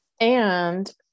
And-